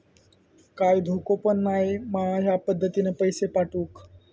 काय धोको पन नाय मा ह्या पद्धतीनं पैसे पाठउक?